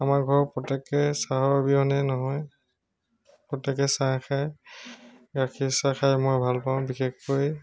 আমাৰ ঘৰৰ প্ৰত্যেকে চাহ অবিহনে নহয় প্ৰত্যেকেই চাহ খায় গাখীৰ চাহ খাই মই ভাল পাওঁ বিশেষকৈ